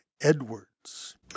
Edwards